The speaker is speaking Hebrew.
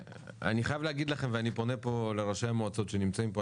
אני חייב להגיד לכם ואני פונה פה לראשי המועצות שנמצאים כאן.